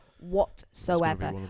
whatsoever